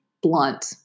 blunt